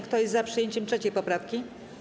Kto jest za przyjęciem 3. poprawki?